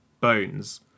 bones